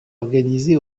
organisé